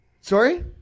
sorry